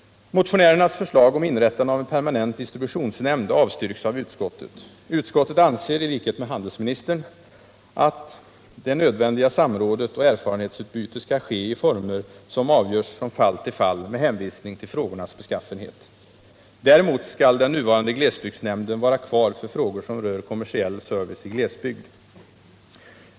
Motionärernas förslag om inrättande av en permanent distributionsnämnd avstyrks av utskottet. Utskottet anser i likhet med handelsministern att det nödvändiga samrådet och erfarenhetsutbytet skall ske i former som avgörs från fall till fall med hänvisning till frågornas beskaffenhet. Däremot skall den nuvarande glesbygdsnämnden vara kvar för frågor som rör kommersiell service i glesbygd.